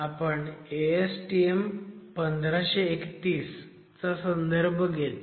आपण ASTM 1531 चा संदर्भ घेतोय